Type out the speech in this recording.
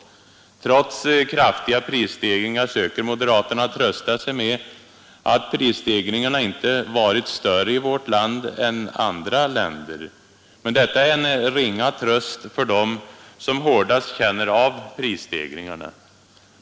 Trots de kraftiga prisstegringarna söker moderaterna trösta sig med att prisstegringarna inte varit större i vårt land än i andra länder. Detta är en ringa tröst för dem som hårdast känner av prisstegringarna.